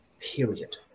period